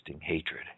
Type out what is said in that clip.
hatred